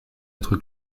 être